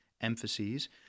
emphases